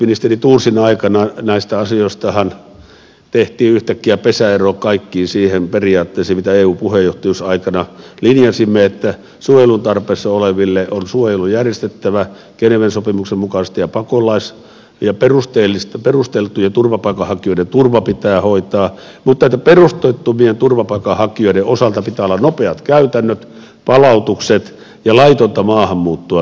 ministeri thorsin aikana näistä asioistahan tehtiin yhtäkkiä pesäero kaikkiin niihin periaatteisiin mitä eun puheenjohtajuusaikana linjasimme että suojelun tarpeessa oleville on suojelu järjestettävä geneven sopimuksen mukaisesti ja perusteltujen turvapaikanhakijoiden turva pitää hoitaa mutta että perusteettomien turvapaikanhakijoiden osalta pitää olla nopeat käytännöt palautukset ja laitonta maahanmuuttoa tulee torjua